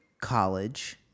college